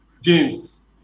James